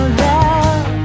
love